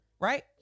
right